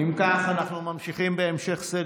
אם כך, אנחנו ממשיכים בסדר-היום.